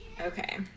okay